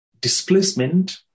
displacement